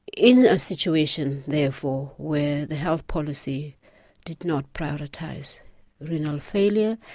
in a situation therefore where the health policy did not prioritise renal failure,